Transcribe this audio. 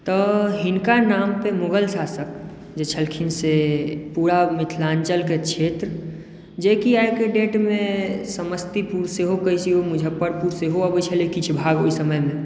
तऽ हिनका नाम पर मुगलकालशासक जे छलखिन से पूरा मिथिलाञ्चलक क्षेत्र जेकी आइक डेट मे समस्तीपुर सेहो कहै छी ओहिसमयमे मुजफ्फरपुर सेहो अबै छलै किछु भाग ओहिसमयमे